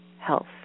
health